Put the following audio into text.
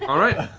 all right.